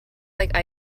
like